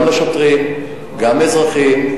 גם שוטרים, גם אזרחים.